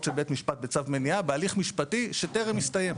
של בית משפט בצו מניעה בהליך משפטי שטרם הסתיים.